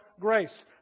grace